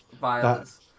violence